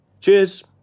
Cheers